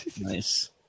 Nice